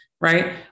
Right